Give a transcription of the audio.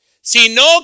Sino